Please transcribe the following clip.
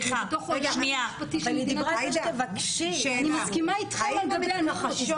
אני בתוך עולם משפטי ש --- אני מסכימה איתכם לגבי הנורמות.